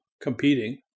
competing